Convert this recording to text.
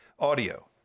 audio